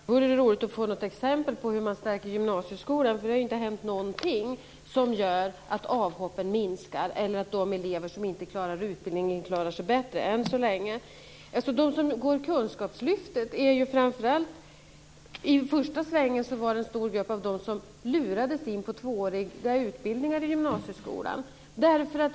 Fru talman! Det vore roligt att få något exempel på hur man stärker gymnasieskolan, för det har inte hänt någonting som gör att avhoppen minskar eller att de elever som inte klarar utbildningen klarar sig bättre än så länge. En stor grupp av dem som gick Kunskapslyftet i första svängen var de som lurades in på tvååriga utbildningar i gymnasieskolan.